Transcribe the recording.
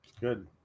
good